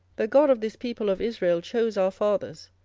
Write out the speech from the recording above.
the god of this people of israel chose our fathers,